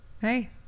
Hey